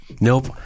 Nope